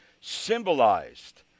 symbolized